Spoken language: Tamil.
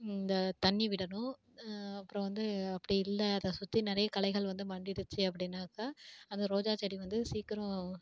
இந்த தண்ணி விடணும் அப்புறோம் வந்து அப்படி இல்லை அதை சுற்றி நிறைய களைகள் வந்து மங்கிடிடுச்சி அப்படின்னாக்கா அந்த ரோஜா செடி வந்து சீக்கரம்